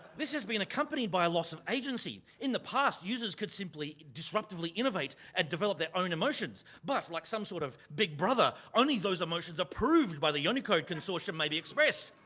this has been accompanied by a loss of agency. in the past, users could simply disruptively innovate and develop their own emotions. but like some sort of big brother, only those emotions approved by the unicode consortium may be expressed.